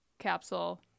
Capsule